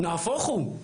נהפוך הוא.